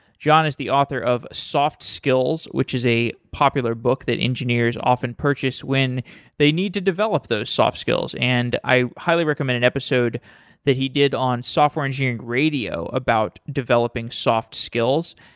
john is the author of soft skills, which is a popular book that engineers often purchase when they need to develop those soft skills and i highly recommend an episode that he did on software engineering radio about developing soft skills.